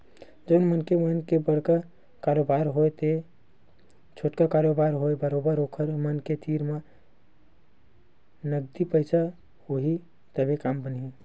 जउन मनखे मन के बड़का कारोबार होवय ते छोटका कारोबार होवय बरोबर ओखर मन के तीर म नगदी पइसा होही तभे काम बनही